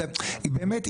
באמת,